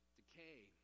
decay